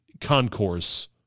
concourse